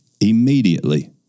immediately